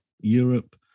Europe